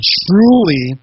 truly